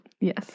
Yes